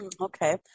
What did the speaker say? Okay